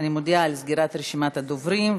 אני מודיעה על סגירת רשימת הדוברים.